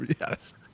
Yes